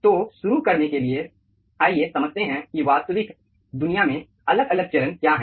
तो शुरू करने के लिए आइए समझते हैं कि वास्तविक दुनिया में अलग अलग चरण क्या हैं